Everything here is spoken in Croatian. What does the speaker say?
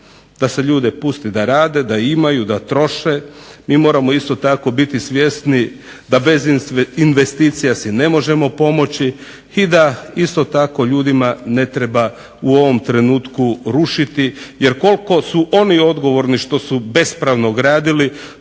da se ljude puste da rade, da imaju, da troše, mi moramo isto tako biti svjesni da bez investicija si ne možemo pomoći i da isto tako ljudima ne treba u ovom trenutnu rušiti jer koliko su oni odgovorni što su bespravno gradili